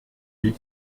dix